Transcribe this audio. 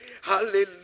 hallelujah